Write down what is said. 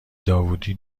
داوودی